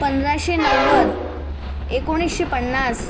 पंधराशे नव्वद एकोणिसशे पन्नास